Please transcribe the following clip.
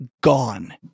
gone